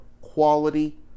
quality